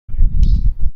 کنیم